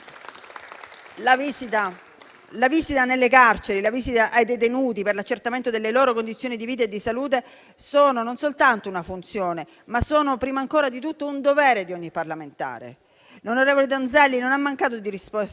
la visita nelle carceri, la visita ai detenuti per l'accertamento delle loro condizioni di vita e di salute non sono soltanto una funzione, ma sono prima di tutto un dovere di ogni parlamentare. L'onorevole Donzelli non ha mancato di rispetto